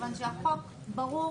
מכיוון שהחוק ברור